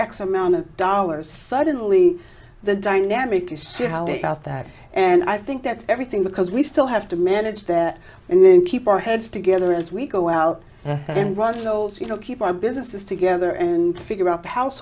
x amount of dollars suddenly the dynamic you see how about that and i think that's everything because we still have to manage there and then keep our heads together as we go out and run shows you know keep our businesses together and figure